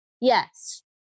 Yes